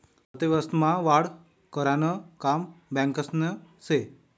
अर्थव्यवस्था मा वाढ करानं काम बॅकासनं से